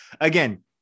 Again